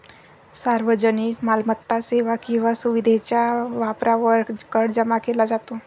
सार्वजनिक मालमत्ता, सेवा किंवा सुविधेच्या वापरावर कर जमा केला जातो